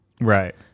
Right